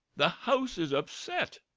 the house is upset.